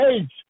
age